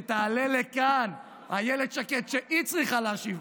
שתעלה לכאן אילת שקד, היא צריכה להשיב.